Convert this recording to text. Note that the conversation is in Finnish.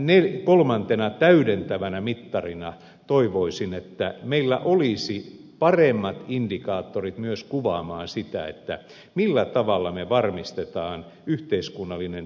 oikeastaan kolmantena täydentävänä mittarina toivoisin meillä olevan paremmat indikaattorit myös kuvaamaan sitä millä tavalla me varmistamme yhteiskunnallisen eheyden